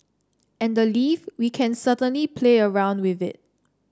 and the leave we can certainly play around with it